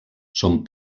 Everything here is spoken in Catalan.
són